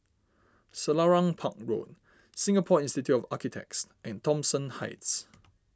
Selarang Park Road Singapore Institute of Architects and Thomson Heights